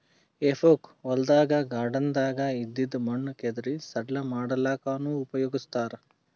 ಹೆಫೋಕ್ ಹೊಲ್ದಾಗ್ ಗಾರ್ಡನ್ದಾಗ್ ಇದ್ದಿದ್ ಮಣ್ಣ್ ಕೆದರಿ ಸಡ್ಲ ಮಾಡಲ್ಲಕ್ಕನೂ ಉಪಯೊಗಸ್ತಾರ್